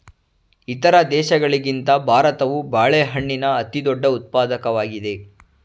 ಇತರ ದೇಶಗಳಿಗಿಂತ ಭಾರತವು ಬಾಳೆಹಣ್ಣಿನ ಅತಿದೊಡ್ಡ ಉತ್ಪಾದಕವಾಗಿದೆ